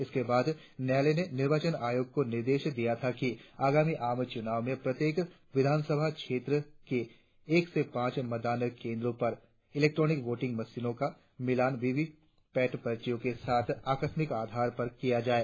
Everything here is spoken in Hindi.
इसके बाद न्यायालय ने निर्वाचन आयोग को निर्देश दिया था कि आगामी आम चुनावों में प्रत्येक विधानसभा क्षेत्र के एक से पांच मतदान केंद्रों पर इलेक्ट्रॉनिक वोटिंग मशीनों का मिलान वीवी पैट पर्चियों के साथ आकस्मिक आधार पर किया जाए